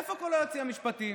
איפה כל היועצים המשפטיים?